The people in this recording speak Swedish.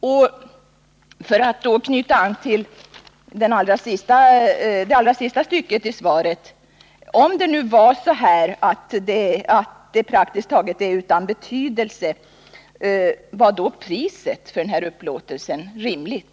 Och för att knyta an till det sista stycket i svaret vill jag också fråga: om det verkligen är så att äganderätten praktiskt taget är utan betydelse — var då priset för den här upplåtelsen rimligt?